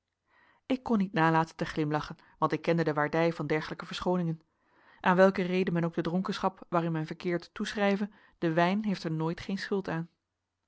ik kon niet nalaten te glimlachen want ik kende de waardij van dergelijke verschooningen aan welke reden men ook de dronkenschap waarin men verkeert toeschrijve de wijn heeft er nooit geen schuld aan